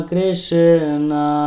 Krishna